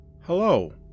Hello